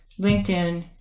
LinkedIn